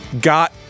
got